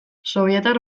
sobietar